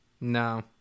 No